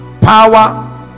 power